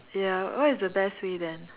ya what is the best way then